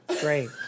Great